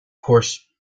course